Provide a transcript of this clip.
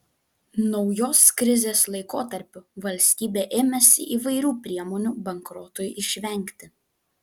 naujos krizės laikotarpiu valstybė ėmėsi įvairių priemonių bankrotui išvengti